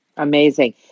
Amazing